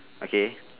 okay